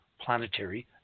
planetary